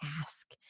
ask